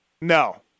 No